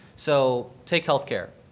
so take health care.